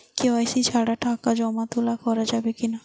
KYC ছাড়া টাকা জমা তোলা করা যাবে কি না?